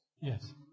Yes